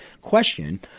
question